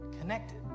connected